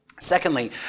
Secondly